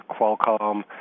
Qualcomm